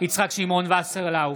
יצחק שמעון וסרלאוף,